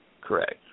Correct